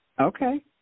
Okay